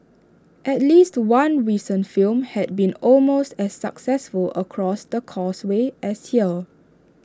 at least one recent film has been almost as successful across the causeway as here